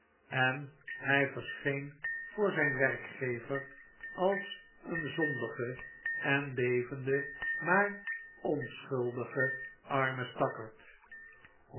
en hij verscheen voor zijn werkgever als een zondige en bevende maar onschuldige arme stakkerd